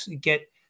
get